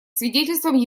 свидетельством